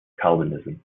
calvinism